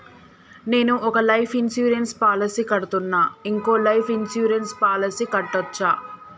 నేను ఒక life insurance policy కడ్తున్నా, ఇంకో లైఫ్ ఇన్సూరెన్స్ పాలసీ కట్టొచ్చా?